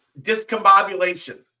discombobulation